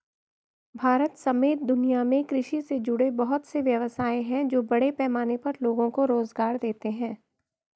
भारत समेत दुनिया में कृषि से जुड़े बहुत से व्यवसाय हैं जो बड़े पैमाने पर लोगो को रोज़गार देते हैं